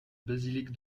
basilique